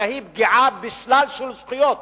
אלא היא פגיעה בשלל זכויות.